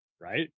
Right